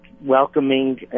welcoming